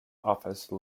office